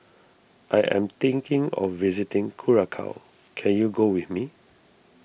I am thinking of visiting Curacao can you go with me